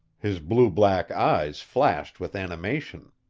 his blue-black eyes flashed with animation.